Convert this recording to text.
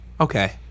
Okay